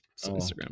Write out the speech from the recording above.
Instagram